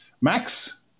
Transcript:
Max